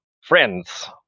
friends